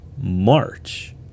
March